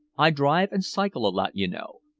i drive and cycle a lot, you know,